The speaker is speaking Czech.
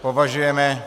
Považujeme